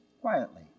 quietly